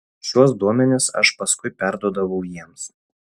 šiuos duomenis aš paskui perduodavau jiems